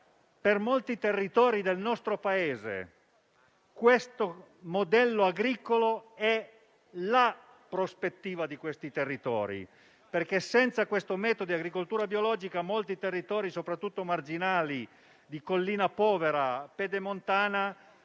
per molti territori del nostro Paese questo modello agricolo è la loro prospettiva, perché senza questo metodo di agricoltura biologica molti territori, soprattutto quelli marginali di collina povera e pedemontana,